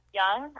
young